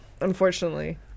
Unfortunately